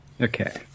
Okay